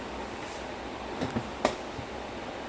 ya sia ya sounds like a lot of work though